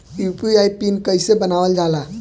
UPI PIN कइसे बनावल जाला?